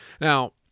Now